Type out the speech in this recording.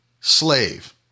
slave